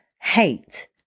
Hate